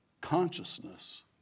consciousness